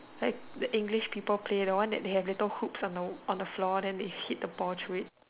like the English people play the one that there have little hooks on on the floor then they hit the ball through it